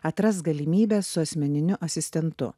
atrask galimybę su asmeniniu asistentu